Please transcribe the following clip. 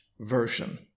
version